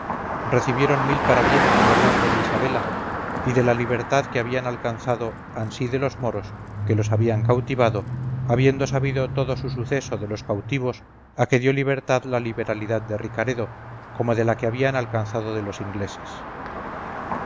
recibieron mil parabienes del hallazgo de isabela y de la libertad que habían alcanzado ansí de los moros que los habían cautivado habiendo sabido todo su suceso de los cautivos a que dio libertad la liberalidad de ricaredo como de la que habían alcanzado de los ingleses